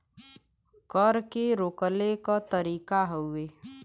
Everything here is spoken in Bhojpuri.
कर के रोकले क तरीका हउवे